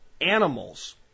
animals